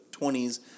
20s